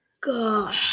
God